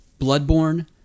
Bloodborne